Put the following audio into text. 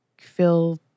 feel